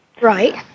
Right